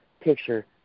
picture